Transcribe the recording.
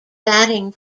batting